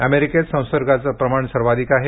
अमेरिकेत संसर्गाचं प्रमाण सर्वाधिक आहे